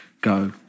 go